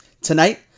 Tonight